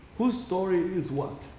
whose story is what?